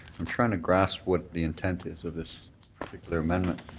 i'm trying to grasp what the intent is of this particular amendment,